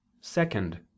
second